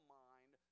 mind